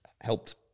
helped